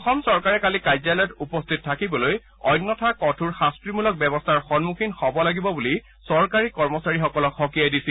অসম চৰকাৰে কালি কাৰ্যালয়ত উপস্থিত থাকিবলৈ অন্যথা কঠোৰ শাস্তিমূলক ব্যৱস্থাৰ সম্মুখীন হ'ব লাগিব বুলি চৰকাৰী কৰ্মচাৰীসকলক সকীয়াই দিছিল